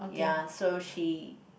ya so she